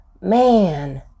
man